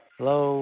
Hello